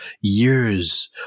years